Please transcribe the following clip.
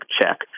check